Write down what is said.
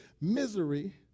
Misery